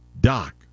Doc